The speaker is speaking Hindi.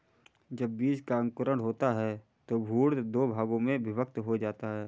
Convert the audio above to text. जब बीज का अंकुरण होता है तो भ्रूण दो भागों में विभक्त हो जाता है